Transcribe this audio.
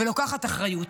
ולוקחת אחריות,